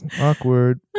Awkward